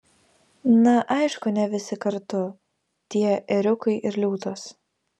na aišku ne visi kartu tie ėriukai ir liūtas